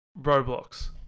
Roblox